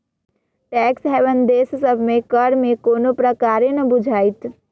tax haven देश सभ में कर में कोनो प्रकारे न बुझाइत